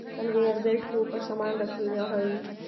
conveyor belt के ऊपर समान रखल जा हई